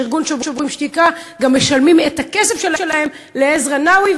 שארגון "שוברים שתיקה" גם משלמים את הכסף שלהם לעזרא נאווי.